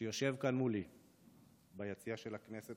שיושב כאן מולי ביציע של הכנסת,